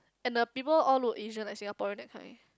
and the people all look usual like Singaporean that kind